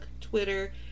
Twitter